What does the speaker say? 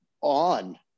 on